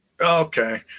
Okay